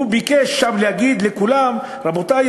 הוא ביקש שם להגיד לכולם: רבותי,